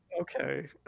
Okay